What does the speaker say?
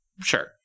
Sure